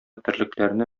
терлекләрне